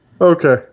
Okay